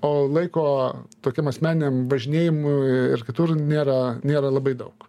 o laiko tokiem asmeniniam važinėjimui ir kitur nėra nėra labai daug